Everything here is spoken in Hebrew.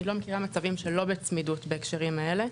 אני לא מכירה מצבים שלא בצמידות בהקשרים האלה.